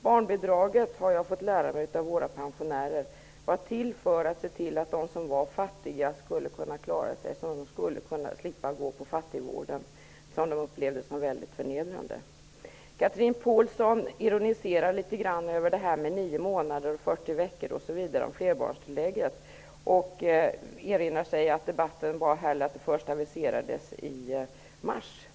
Barnbidraget har jag fått lära mig av våra pensionärer var till för att de som var fattiga skulle kunna klara sig, så att de skulle slippa gå till fattigvården, som de upplevde som mycket förnedrande. Chatrine Pålsson ironiserade litet grand över flerbarnstillägget och de nio månaderna eller 40 veckorna. Och hon erinrar sig att förslaget aviserades i mars.